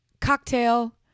cocktail